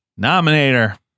Nominator